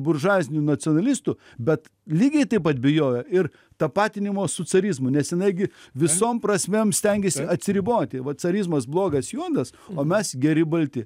buržuazinių nacionalistų bet lygiai taip pat bijojo ir tapatinimo su carizmu nes jinai gi visom prasmėm stengėsi atsiriboti va carizmas blogas juodas o mes geri balti